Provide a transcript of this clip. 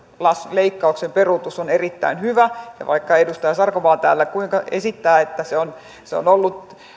leikkauksen peruutus on erittäin hyvä ja vaikka edustaja sarkomaa täällä kuinka esittää että se on se on ollut